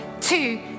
two